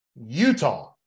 Utah